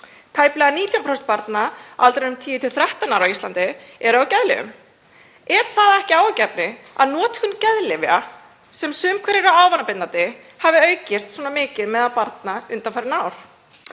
Tæplega 19% barna á aldrinum 10–13 ára á Íslandi eru á geðlyfjum. Er það ekki áhyggjuefni að notkun geðlyfja, sem sum hver eru ávanabindandi, hafi aukist svona mikið meðal barna undanfarin ár?